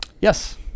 Yes